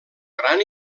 gran